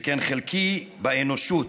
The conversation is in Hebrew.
/ שכן חלקי באנושות,